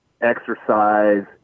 exercise